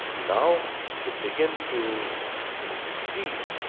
now they begin to see,